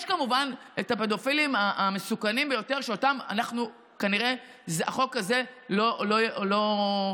יש כמובן את הפדופילים המסוכנים ביותר שאותם כנראה החוק הזה לא יפסיק.